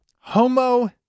Homo